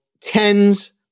tens